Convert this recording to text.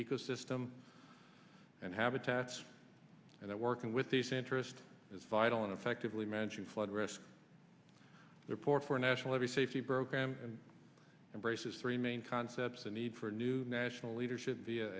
ecosystem and habitats and that working with these interest is vital in effectively managing flood risk report for national every safety program and embraces three main concepts a need for a new national leadership via